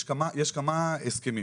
יש כמה הסכמים,